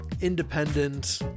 independent